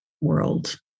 world